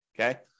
okay